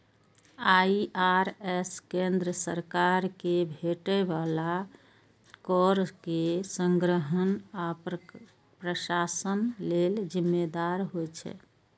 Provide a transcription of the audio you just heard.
IRS केंद्र सरकार कें भेटै बला कर के संग्रहण आ प्रशासन लेल जिम्मेदार होइ छै